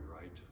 right